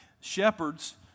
Shepherds